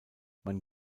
man